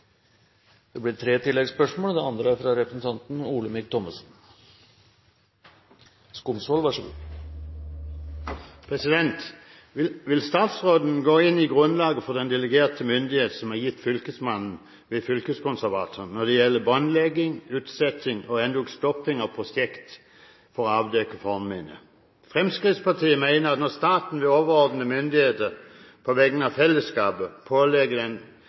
det vert gjort på ein god måte av Riksantikvaren. Det blir tre oppfølgingsspørsmål – først representanten Henning Skumsvoll. Vil statsråden gå inn i grunnlaget for den delegerte myndighet som er gitt Fylkesmannen ved fylkeskonservatoren når det gjelder båndlegging, utsetting og endog stopping av prosjekt for å avdekke fornminner? Fremskrittspartiet mener at når staten ved overordnet myndighet på vegne av fellesskapet pålegger